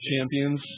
champions